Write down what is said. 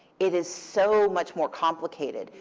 it is so much more complicated.